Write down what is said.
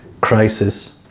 crisis